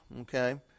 okay